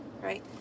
right